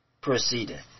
proceedeth